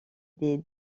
des